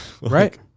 Right